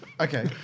Okay